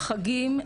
חגים,